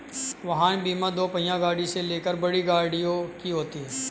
वाहन बीमा दोपहिया गाड़ी से लेकर बड़ी गाड़ियों की होती है